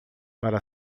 para